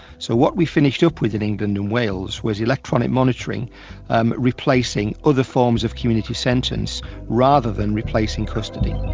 so what we finished up with in england and wales was electronic monitoring um replacing other forms of community sentence rather than replacing custody.